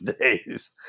days